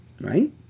Right